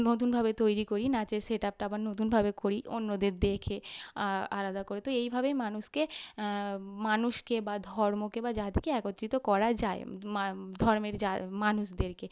নতুনভাবে তৈরি করি নাচের সেট আপটা আবার নতুনভাবে করি অন্যদের দেখে আ আলাদা করি তো এইভাবেই মানুষকে মানুষকে বা ধর্মকে বা জাতিকে একত্রিত করা যায় মা ধর্মের যা মানুষদেরকে